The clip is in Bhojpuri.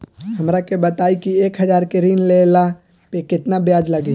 हमरा के बताई कि एक हज़ार के ऋण ले ला पे केतना ब्याज लागी?